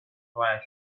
pleasure